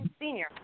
senior